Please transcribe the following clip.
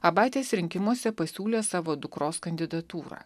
abatės rinkimuose pasiūlė savo dukros kandidatūrą